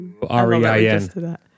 R-E-I-N